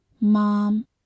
Mom